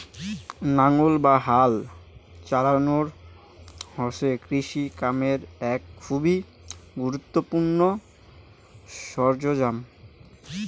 নাঙ্গল বা হাল চালানো হসে কৃষি কামের এক খুবই গুরুত্বপূর্ণ সরঞ্জাম